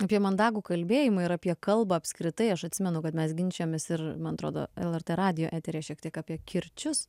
apie mandagų kalbėjimą ir apie kalbą apskritai aš atsimenu kad mes ginčijomės ir man atrodo lrt radijo eteryje šiek tiek apie kirčius